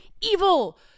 evil